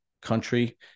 country-